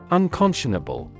unconscionable